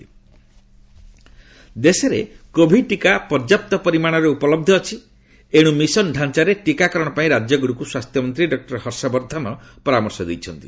ହର୍ଷବର୍ଦ୍ଧନ ଦେଶରେ କୋଭିଡ୍ ଟିକା ପର୍ଯ୍ୟାପ୍ତ ପରିମାଶର ଉପଲବ୍ଧ ଅଛି ଏଣୁ ମିଶନ ଡାଞ୍ଚାରେ ଟିକାକରଣ ପାଇଁ ରାକ୍ୟଗୁଡ଼ିକୁ ସ୍ୱାସ୍ଥ୍ୟମନ୍ତ୍ରୀ ଡକ୍ଟର ହର୍ଷବର୍ଦ୍ଧନ ପରାମର୍ଶ ଦେଇଛନ୍ତି